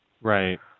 Right